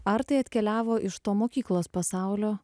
ar tai atkeliavo iš to mokyklos pasaulio